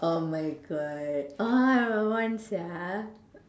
oh my God oh I want sia